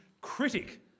critic